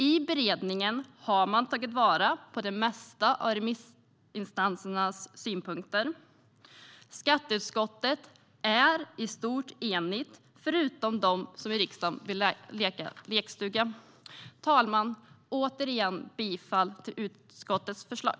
I beredningen har man tagit vara på det mesta av remissinstansernas synpunkter. Skatteutskottet är i stort sett enigt, förutom de som vill leka lekstuga i riksdagen. Herr talman! Jag yrkar återigen bifall till utskottets förslag.